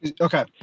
Okay